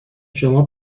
شما